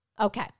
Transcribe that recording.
Okay